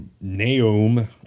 Naomi